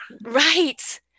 Right